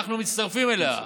אנחנו מצטרפים אליה.